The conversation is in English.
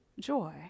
joy